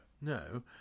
no